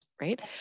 Right